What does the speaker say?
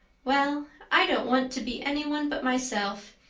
well, i don't want to be anyone but myself,